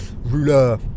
ruler